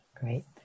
great